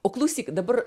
o klausyk dabar